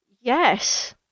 Yes